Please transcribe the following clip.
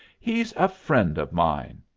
he's a friend of mine.